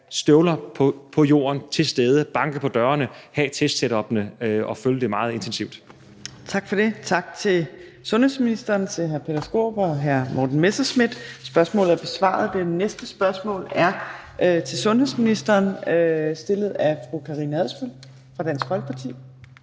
støvler på jorden, at være til stede, banke på dørene, have testsetuppene og følge det meget intensivt. Kl. 15:52 Fjerde næstformand (Trine Torp): Tak for det. Tak til sundhedsministeren, til hr. Peter Skaarup og hr. Morten Messerschmidt. Spørgsmålet er besvaret. Det næste spørgsmål (spm. nr. S 1057) er til sundhedsministeren, stillet af fru Karina Adsbøl fra Dansk Folkeparti.